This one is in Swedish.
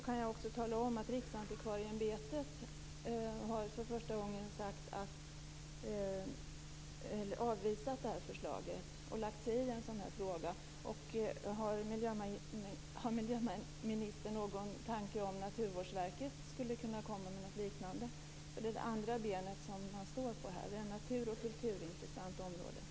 Jag kan också tala om att Riksantikvarieämbetet har avvisat detta förslag och för första gången lagt sig i den här typen av fråga. Har miljöministern någon tanke om att Naturvårdsverket skulle kunna komma med något liknande? Det är nämligen det andra benet som man står på här. Det är ett natur och kulturintressant område.